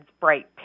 bright